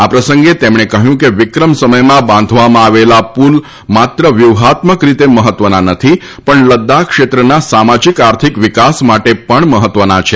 આ પ્રસંગે રાજનાથસિંહે જણાવ્યું કે વિક્રમ સમયમાં બાંધવામાં આવેલા પુલ માત્ર વ્યૂહાત્મક રીતે મહત્ત્વના નથી પણ લદ્દાખ ક્ષેત્રના સામાજિક આર્થિક વિકાસ માટે પણ મહત્ત્વના છે